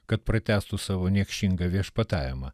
kad pratęstų savo niekšingą viešpatavimą